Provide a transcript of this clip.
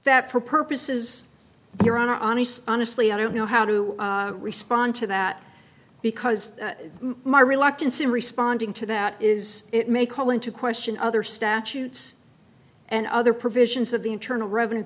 that for purposes your honor on and honestly i don't know how to respond to that because my reluctance in responding to that is it may call into question other statutes and other provisions of the internal revenue